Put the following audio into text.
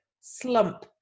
slump